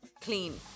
clean